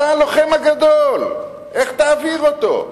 אתה הלוחם הגדול, איך תעביר אותה?